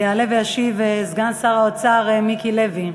יעלה וישיב סגן שר האוצר מיקי לוי.